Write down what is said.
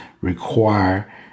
require